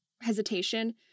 hesitation